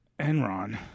Enron